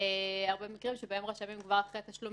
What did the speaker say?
הרבה מקרים שבהם רשמים כבר אחרי תשלום